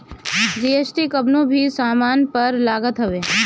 GST कवनो भी सामान पअ लागत हवे